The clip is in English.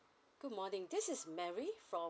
good morning this is mary from